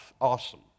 awesome